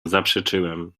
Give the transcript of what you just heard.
zaprzeczyłem